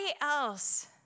else